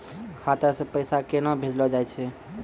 खाता से पैसा केना भेजलो जाय छै?